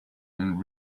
and